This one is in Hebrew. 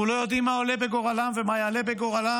אנחנו לא יודעים מה עולה בגורלם ומה יעלה בגורלם,